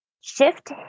shift